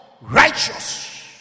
righteous